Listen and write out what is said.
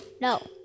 No